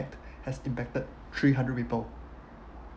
has impacted three hundred people